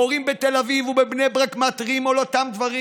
מורים בתל אביב ובבני ברק מתריעים על אותם דברים.